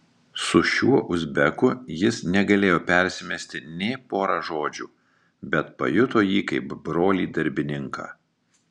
su šiuo uzbeku jis negalėjo persimesti nė pora žodžių bet pajuto jį kaip brolį darbininką